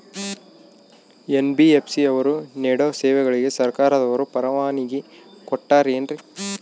NBFC ಅವರು ನೇಡೋ ಸೇವೆಗಳಿಗೆ ಸರ್ಕಾರದವರು ಪರವಾನಗಿ ಕೊಟ್ಟಾರೇನ್ರಿ?